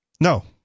No